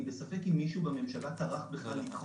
אני בספק אם מישהו בממשלה טרח בכלל לקרוא את הערות הציבור.